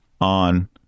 on